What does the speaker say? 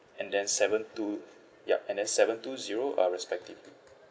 and then seven two yup and then seven two zero uh respectively